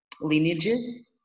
lineages